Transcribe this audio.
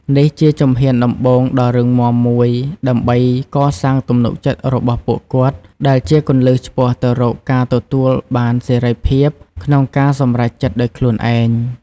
នេះជាជំហានដំបូងដ៏រឹងមាំមួយដើម្បីកសាងទំនុកចិត្តរបស់ពួកគាត់ ដែលជាគន្លឹះឆ្ពោះទៅរកការទទួលបានសេរីភាពក្នុងការសម្រេចចិត្តដោយខ្លួនឯង។